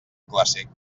clàssic